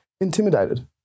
Intimidated